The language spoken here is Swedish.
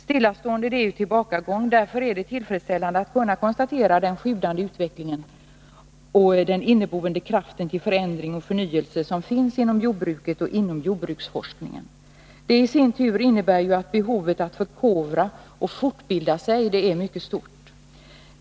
Stillastående är tillbakagång, och därför är det tillfredsställande att kunna konstatera den sjudande utveckling och den inneboende kraft till förändring och förnyelse som finns inom jordbruket och jordbruksforskningen. Det i sin tur innebär att behovet att förkovra och fortbilda sig är mycket stort.